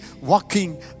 walking